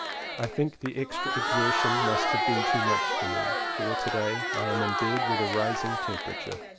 i think the extra exertion must have been too much for me, for to-day i am in bed with a rising temperature.